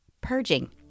purging